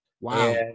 Wow